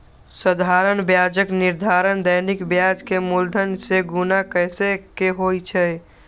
साधारण ब्याजक निर्धारण दैनिक ब्याज कें मूलधन सं गुणा कैर के होइ छै